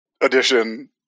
Edition